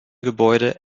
gebäude